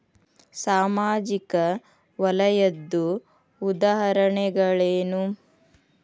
ಸಾಮಾಜಿಕ ವಲಯದ್ದು ಉದಾಹರಣೆಗಳೇನು?